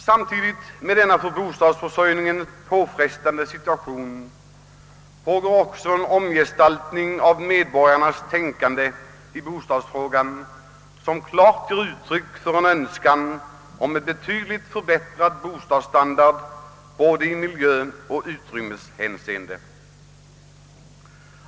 Samtidigt med denna för bostadsförsörjningen påfrestande situation pågår en omgestaltning av medborgarnas tänkande i bostadsfrågan som klart ger uttryck för önskan om en betydligt förbättrad bostadsstandard i både miljöoch utrymmeshänseende.